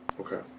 okay